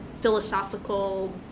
philosophical